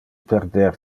perder